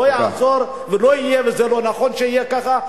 לא יעזור ולא יהיה, וזה לא נכון שיהיה כך.